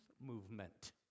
movement